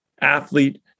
athlete